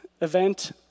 event